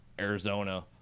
arizona